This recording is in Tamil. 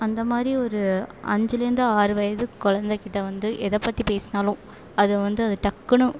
அந்த மாதிரி ஒரு அஞ்சுலேர்ந்து ஆறு வயது குலந்தக்கிட்ட வந்து எதை பற்றி பேசுனாலும் அது வந்து அதை டக்குன்னு